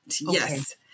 Yes